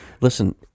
Listen